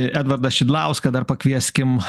edvardą šidlauską dar pakvieskim